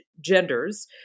genders